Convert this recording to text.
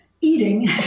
Eating